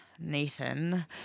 Nathan